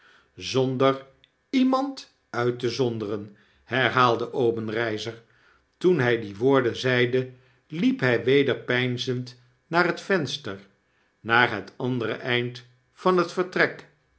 zonder iemand uit te zonderen herhaalde obenreizer toen hy die woorden zeide liep hy weder peinzend naar het venster naar het andere eind van het vertrek